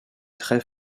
très